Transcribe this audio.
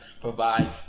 provide